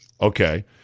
Okay